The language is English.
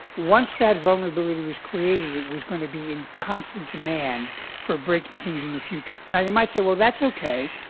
once that vulnerability was created, it was going to be in constant demand for breaking these in the future. now you might say, well, that's okay,